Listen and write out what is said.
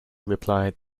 replied